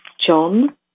John